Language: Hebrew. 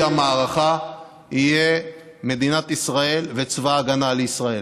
המערכה יהיו מדינת ישראל וצבא הגנה לישראל,